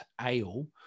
ale